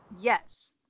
Yes